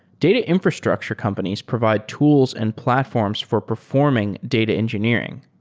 data infrastructure companies provide tools and platforms for performing data engineering.